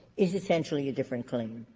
is essentially a different claim.